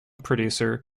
producer